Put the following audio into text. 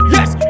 Yes